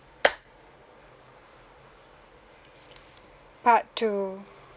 part two